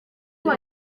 bya